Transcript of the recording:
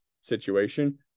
situation